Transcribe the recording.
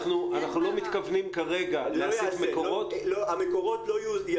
אנחנו לא מתכוונים כרגע --- המקורות לא ייעודי.